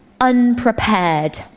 unprepared